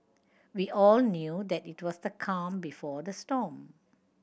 we all knew that it was the calm before the storm